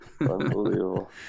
unbelievable